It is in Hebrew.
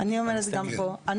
אני אומרת גם פה.